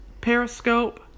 Periscope